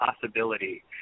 possibility